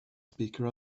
speaker